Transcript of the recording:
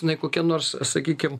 jinai kokia nors sakykim